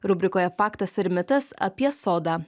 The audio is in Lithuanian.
rubrikoje faktas ar mitas apie sodą